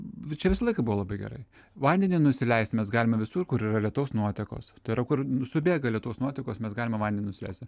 čia visą laiką buvo labai gerai vandenį nusileist mes galime visur kur yra lietaus nuotekos tai yra kur subėga lietaus nuotekos mes galime vandenį nusileisti